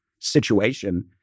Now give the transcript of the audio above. situation